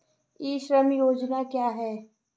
ई श्रम योजना क्या है?